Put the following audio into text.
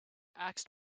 asked